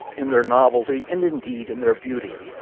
in their novelty, and indeed in their beauty.